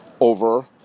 over